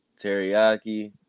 Teriyaki